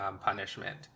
punishment